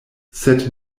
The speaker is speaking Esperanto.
sed